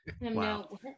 Wow